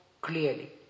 clearly